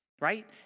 Right